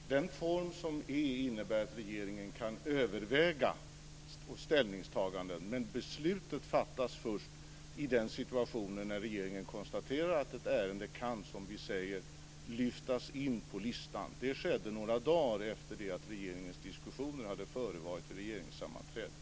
Fru talman! Den form som gäller innebär att regeringen kan överväga ställningstaganden men att beslutet fattas först i den situation där regeringen konstaterar att ett ärende kan, som vi säger, lyftas in på listan. Det skedde några dagar efter det att regeringens diskussioner hade förevarit vid regeringssammanträdet.